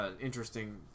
interesting